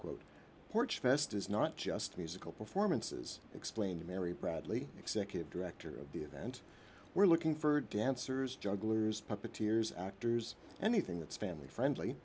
quote porch fest is not just musical performances explained mary bradley executive director of the event we're looking for dancers jugglers puppeteers actors anything that's family friendly